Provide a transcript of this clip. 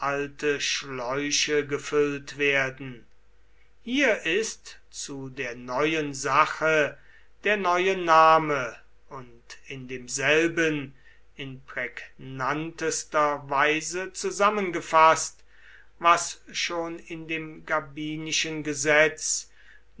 schläuche gefüllt werden hier ist zu der neuen sache der neue name und in demselben in prägnantester weise zusammengefaßt was schon in dem gabinischen gesetz